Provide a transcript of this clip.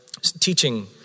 teaching